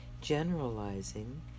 generalizing